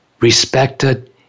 respected